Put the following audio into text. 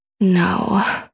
No